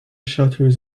shutters